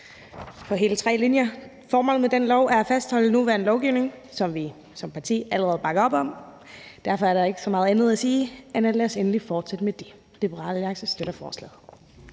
på hele tre linjer: Formålet med dette lovforslag er at fastholde nuværende lovgivning, som vi som parti allerede bakker op om. Derfor er der ikke så meget andet at sige, end at vi endelig skal fortsætte med det. Liberal Alliance støtter forslaget.